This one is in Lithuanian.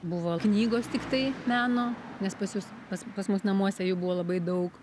buvo knygos tiktai meno nes pas jus pas pas mus namuose jų buvo labai daug